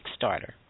Kickstarter